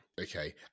Okay